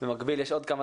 במקביל יש עוד כמה